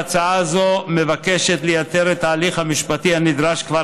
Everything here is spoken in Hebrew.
ההצעה הזאת מבקשת לייתר את ההליך המשפטי הנדרש כבר